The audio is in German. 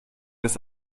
des